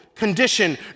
condition